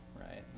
right